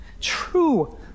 true